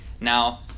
Now